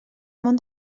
món